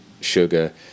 sugar